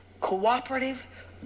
cooperative